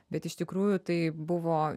bet iš tikrųjų tai buvo